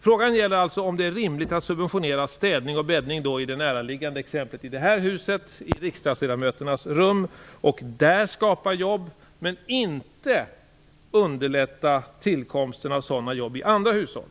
Frågan gäller alltså om det är rimligt att subventionera städning och bäddning i det näraliggande exemplet i det här huset, i riksdagsledamöternas rum och där skapa jobb men inte underlätta tillkomsten av sådana jobb i andra hushåll.